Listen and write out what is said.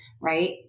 right